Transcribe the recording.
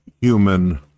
human